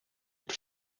het